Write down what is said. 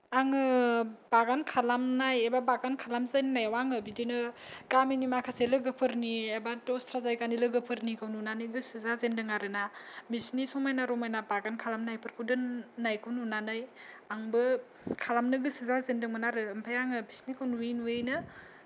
आङो बागान खालामनाय एबा बागान खालामजेन्नायाव आङो बिदिनो गामिनि माखासे लोगोफोरनि एबा दस्रा जायगानि लोगोफोरनिखौ नुनानै गोसो जाजेनदों आरो ना बिसिनि समायना रमायना बागान खालामनायफोर दोननायखौ नुनानै आंबो खालामनो गोसो जाजेनदोंमोन आरो ओमफाय आङो बिसिनिखौ नुयै नुयैनो